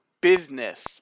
Business